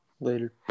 Later